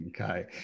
okay